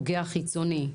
פוגע חיצוני.